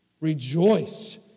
Rejoice